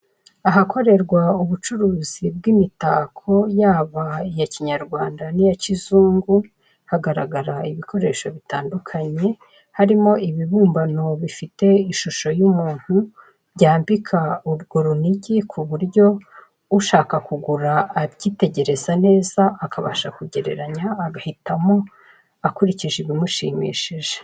Ahakorerwa ubucuruzi bw'imitako yaba iya kinyarwanda n'iya kizungu hagaragara ibikoresho bitandukanye harimo ibibumbano bifite ishusho y'umuntu, byambikwa urwo runigi kuburyo ushaka kugura abyitegereza neza akabasha kugereranya agahitamo akurikije ibimushimishije.